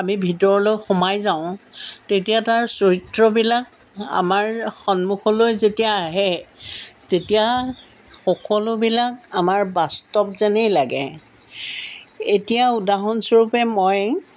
আমি ভিতৰলৈ সোমাই যাওঁ তেতিয়া তাৰ চৰিত্ৰবিলাক আমাৰ সন্মুখলৈ যেতিয়া আহে তেতিয়া সকলোবিলাক আমাৰ বাস্তৱ যেনেই লাগে এতিয়া উদাহৰণস্বৰূপে মই